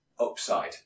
upside